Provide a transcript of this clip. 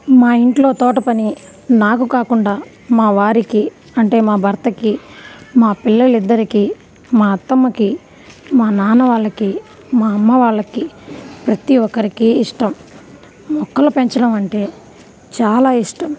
మా ఇంట్లో తోట పని నాకు కాకుండా మా వారికి అంటే మా భర్తకి మా పిల్లలు ఇద్దరికీ మా అత్తమ్మకి మా నాన్న వాళ్ళకి మా అమ్మ వాళ్ళకి ప్రతి ఒక్కరికి ఇష్టం మొక్కలు పెంచడం అంటే చాలా ఇష్టం